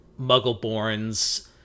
Muggleborns